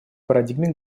парадигме